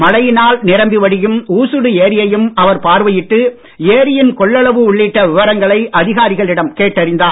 மழையினால் நிரம்பி வழியும் உசுடு ஏரியையும் அவர் பார்வையிட்டு ஏரியின் கொள்ளளவு உள்ளிட்ட விவரங்களை அதிகாரிகளிடம் கேட்டறிந்தார்